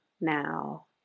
now